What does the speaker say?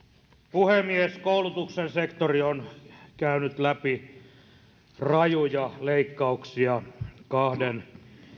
puhemies koulutuksen sektori on käynyt läpi rajuja leikkauksia kahden